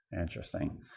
Interesting